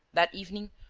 that evening,